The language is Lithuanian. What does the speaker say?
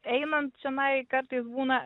einant čionai kartais būna